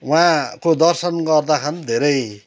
उहाँको दर्शन गर्दाखेरि धेरै